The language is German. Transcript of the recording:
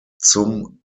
zum